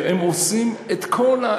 שהם עושים את כל,